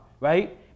right